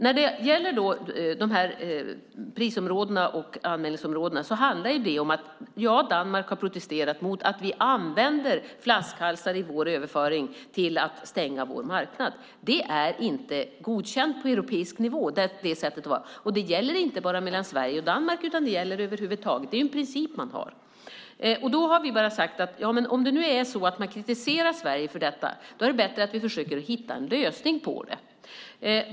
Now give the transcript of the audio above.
När det gäller prisområdena och anmälningsområdena är det riktigt att Danmark har protesterat mot att vi använder flaskhalsar i vår överföring till att stänga vår marknad. Det sättet är inte godkänt på europeisk nivå. Det gäller då inte bara mellan Sverige och Danmark, utan det gäller över huvud taget - det är den princip man har. Vi har sagt: Om Sverige kritiseras för detta är det bättre att vi försöker hitta en lösning på det.